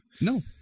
No